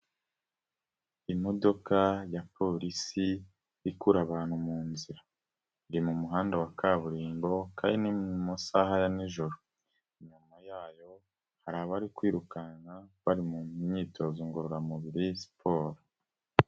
Imodoka ya polisi ikura abantu mu nzira. Iri mu muhanda wa kaburimbo kandi ni mu masaha ya nijoro. Inyuma yayo hari abari kwirukanka, bari mu myitozo ngororamubiri siporo.